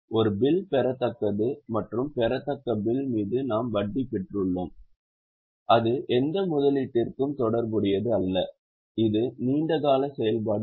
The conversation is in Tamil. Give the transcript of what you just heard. ஒரு பெறத்தக்க பில் மீது நாம் வட்டி பெற்றுள்ளோம் அது எந்த முதலீட்டிற்கும் தொடர்புடையது அல்ல இது நீண்ட கால செயல்பாடு அல்ல